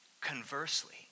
Conversely